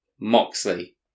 Moxley